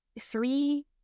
three